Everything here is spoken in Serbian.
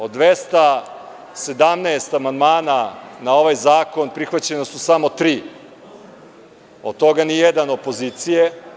Od 217 amandmana na ovaj zakon, prihvaćena su samo tri, od toga nijedan opozicije.